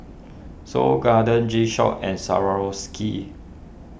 Seoul Garden G Shock and Swarovski